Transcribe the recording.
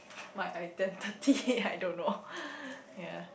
my identity I don't know ya